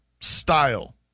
style